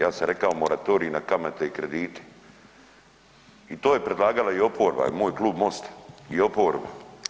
Ja sam rekao moratorij na kamate i kredite i to je predlagala i oporba, moj klub Mosta i oporba.